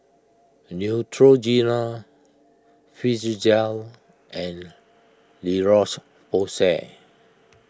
Neutrogena Physiogel and La Roche Porsay